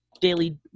Daily